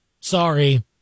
sorry